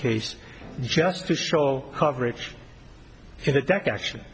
case just to show coverage in a deck action